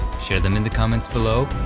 share them in the comments below,